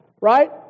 right